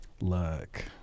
Look